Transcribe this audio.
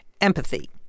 empathy